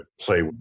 play